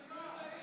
ההצעה להעביר